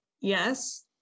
Yes